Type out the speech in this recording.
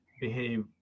behave